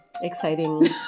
exciting